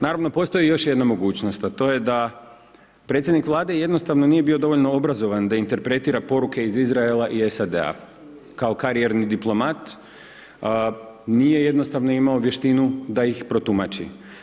Naravno, postoji još jedan mogućnost, a to je da predsjednik Vlade jednostavno nije bio dovoljno obrazovan da interpretira poruke iz Izraela i SAD-a, kao karijerni diplomat, nije jednostavno imao vještinu da ih protumači.